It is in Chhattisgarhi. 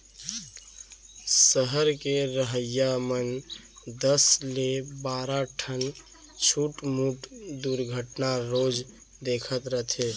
सहर के रहइया मन दस ले बारा ठन छुटमुट दुरघटना रोज देखत रथें